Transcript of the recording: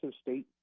state